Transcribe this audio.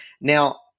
now